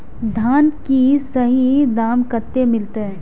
धान की सही दाम कते मिलते?